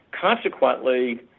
Consequently